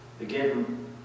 Again